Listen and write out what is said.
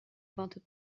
vingt